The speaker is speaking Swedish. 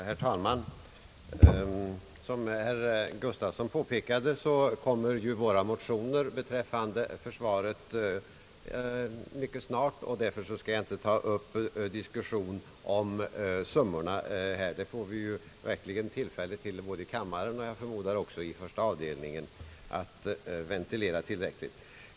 Herr talman! Som herr Bengt Gustavsson påpekade kommer våra motioner beträffande försvaret mycket snart, och därför skall jag inte ta upp diskussion om summorna. Det får vi verkligen tillfälle både här i kammaren och jag förmodar också i första avdelningen att ventilera tillräckligt.